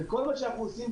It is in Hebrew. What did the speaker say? וכל מה שאנחנו עושים,